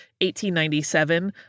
1897